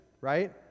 right